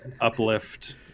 uplift